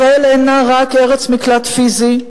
ישראל אינה רק ארץ מקלט פיזי,